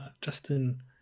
Justin